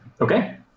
Okay